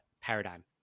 paradigm